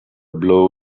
blow